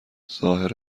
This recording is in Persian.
ظاهر